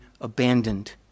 abandoned